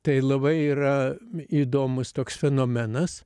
tai labai yra įdomus toks fenomenas